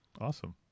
Awesome